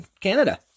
Canada